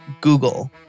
Google